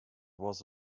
was